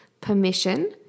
permission